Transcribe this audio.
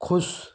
खुश